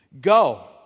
Go